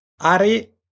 Ari